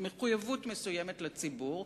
עם מחויבות מסוימת לציבור,